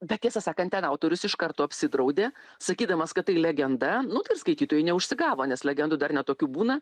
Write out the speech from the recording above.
bet tiesą sakant ten autorius iš karto apsidraudė sakydamas kad tai legenda nu tai ir skaitytojai neužsigavo nes legendų dar ne tokių būna